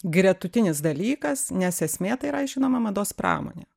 gretutinis dalykas nes esmė tai yra žinoma mados pramonė